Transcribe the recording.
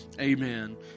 Amen